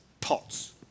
pots